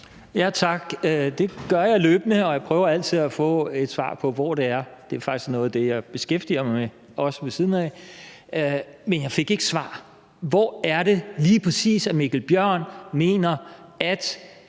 (V): Tak. Det gør jeg løbende, og jeg prøver altid at få et svar på, hvordan det er. Det er faktisk noget af det, jeg beskæftiger mig med også ved siden af. Men jeg fik ikke svar: Hvor er det lige præcis at Mikkel Bjørn mener at